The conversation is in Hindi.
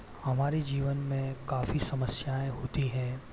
हमारे जीवन में काफ़ी समस्याएं होती हैं